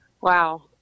Wow